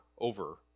over